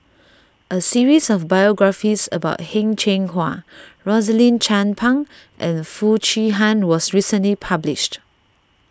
a series of biographies about Heng Cheng Hwa Rosaline Chan Pang and Foo Chee Han was recently published